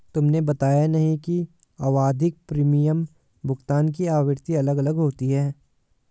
तुमने बताया नहीं कि आवधिक प्रीमियम भुगतान की आवृत्ति अलग अलग होती है